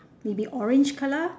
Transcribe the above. maybe orange colour